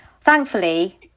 thankfully